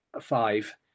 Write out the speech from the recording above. five